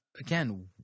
Again